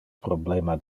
problema